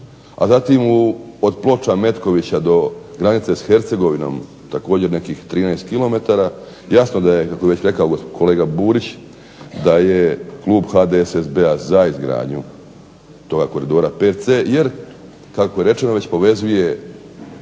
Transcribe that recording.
a zatim od Ploča, Metkovića do granice s Hercegovinom također nekih 13 km, jasno da je kako je već rekao kolega Burić, da je klub HDSSB-a za izgradnju toga koridora VC jer kako je rečeno već povezuje